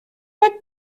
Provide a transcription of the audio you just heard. like